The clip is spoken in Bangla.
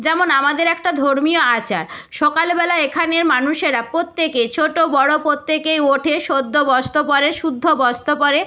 যেমন আমাদের একটা ধর্মীয় আচার সকালবেলা এখানের মানুষেরা প্রত্যেকে ছোট বড় প্রত্যেকেই ওঠে শুদ্ধ বস্ত্র পরে শুদ্ধ বস্ত্র পরে